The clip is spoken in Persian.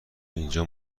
اینجا